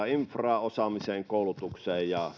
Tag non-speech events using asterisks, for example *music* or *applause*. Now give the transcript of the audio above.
*unintelligible* infraan osaamiseen ja *unintelligible*